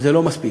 וזה לא מספיק.